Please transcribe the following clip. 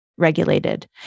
regulated